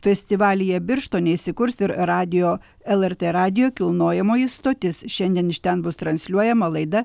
festivalyje birštone įsikurs ir radijo lrt radijo kilnojamoji stotis šiandien iš ten bus transliuojama laida